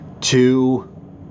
two